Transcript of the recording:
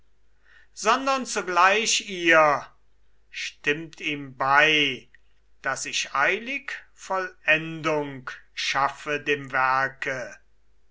sondern zugleich ihr stimmt ihm bei daß ich eilig vollendung schaffe dem werke